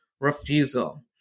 refusal